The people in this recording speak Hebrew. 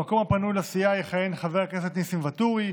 במקום הפנוי לסיעה יכהן חבר הכנסת נסים ואטורי,